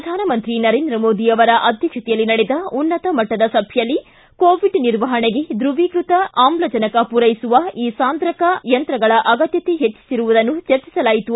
ಪ್ರಧಾನಮಂತ್ರಿ ನರೇಂದ್ರ ಮೋದಿ ಆವರ ಆಧ್ಯಕ್ಷತೆಯಲ್ಲಿ ನಡೆದ ಉನ್ನತ ಮಟ್ಟದ ಸಭೆಯಲ್ಲಿ ಕೋವಿಡ್ ನಿರ್ವಹಣೆಗೆ ದ್ರವೀಕ್ಷತ ಆಮ್ಲಜನಕ ಮೂರೈಸುವ ಈ ಸಾಂದ್ರಕ ಯಂತ್ರಗಳ ಅಗತ್ವತೆ ಪೆಚ್ಚಿಸಿರುವುದನ್ನು ಚರ್ಚಿಸಲಾಯಿತು